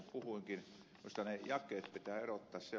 minusta ne jakeet pitää erottaa